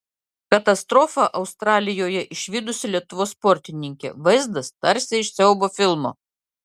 katastrofą australijoje išvydusi lietuvos sportininkė vaizdas tarsi iš siaubo filmo